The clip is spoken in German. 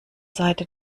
seite